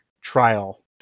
trial